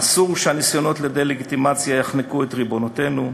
אסור שהניסיונות לדה-לגיטימציה יחנקו את ריבונותנו.